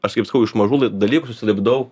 aš kaip sakau iš mažų dalykų susilipdau